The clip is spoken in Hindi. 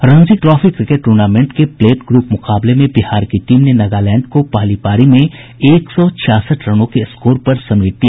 रणजी ट्रॉफी क्रिकेट टूर्नामेंट के प्लेट ग्रूप मुकाबले में बिहार की टीम ने नगालैंड को पहली पारी में एक सौ छियासठ रनों के स्कोर पर समेट दिया